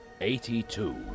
Eighty-two